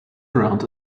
around